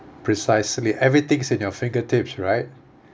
precisely everything's in your fingertips right